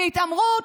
בהתעמרות,